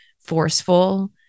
forceful